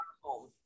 home